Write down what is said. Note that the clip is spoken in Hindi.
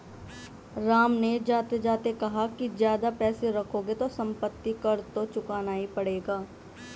राम ने जाते जाते कहा कि ज्यादा पैसे रखोगे तो सम्पत्ति कर तो चुकाना ही पड़ेगा